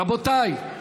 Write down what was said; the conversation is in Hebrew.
רבותיי,